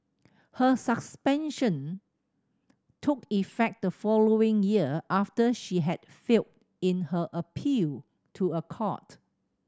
her suspension took effect the following year after she had failed in her appeal to a court